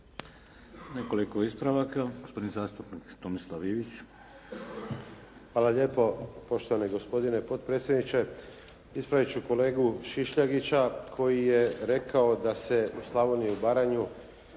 Nekoliko ispravaka, gospodin zastupnik Tomislav Ivić. **Ivić, Tomislav (HDZ)** Hvala lijepo. Poštovani gospodine potpredsjedniče. Ispravit ću kolegu Šišljagića koji je rekao da se u Slavoniju i Baranju